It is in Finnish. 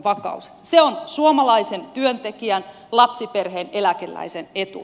se on suomalaisen työntekijän lapsiperheen eläkeläisen etu